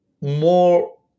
more